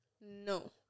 No